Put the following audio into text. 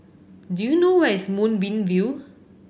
do you know where is Moonbeam View